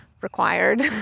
required